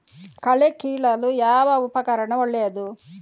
ಕಳೆ ಕೀಳಲು ಯಾವ ಉಪಕರಣ ಒಳ್ಳೆಯದು?